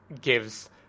gives